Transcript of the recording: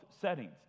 settings